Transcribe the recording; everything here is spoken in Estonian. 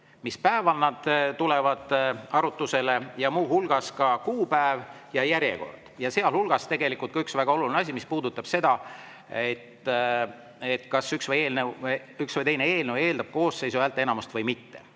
mis päeval nad tulevad arutusele, muu hulgas ka kuupäevast ja järjekorrast. Ja sealhulgas on üks väga oluline asi, mis puudutab seda, kas üks või teine eelnõu eeldab koosseisu häälteenamust või mitte.